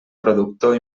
productor